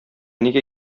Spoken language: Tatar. нигә